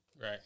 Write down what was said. Right